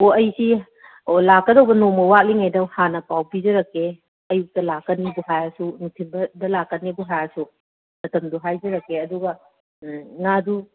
ꯑꯣ ꯑꯩꯁꯤ ꯑꯣ ꯂꯥꯛꯀꯗꯕ ꯅꯣꯡꯃ ꯋꯥꯠꯂꯤꯉꯩꯗ ꯍꯥꯟꯅ ꯄꯥꯎ ꯄꯤꯖꯔꯛꯀꯦ ꯑꯌꯨꯛꯇ ꯂꯥꯛꯀꯅꯤꯕꯨ ꯍꯥꯏꯔꯁꯨ ꯅꯨꯡꯊꯤꯜꯗ ꯂꯥꯛꯀꯅꯦꯕꯨ ꯍꯥꯏꯔꯁꯨ ꯃꯇꯝꯗꯣ ꯍꯥꯏꯖꯔꯛꯀꯦ ꯑꯗꯨꯒ ꯉꯥꯗꯨ